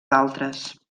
d’altres